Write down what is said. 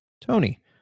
Tony